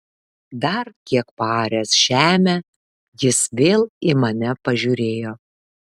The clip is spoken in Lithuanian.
dar kiek paaręs žemę jis vėl į mane pažiūrėjo